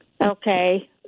Okay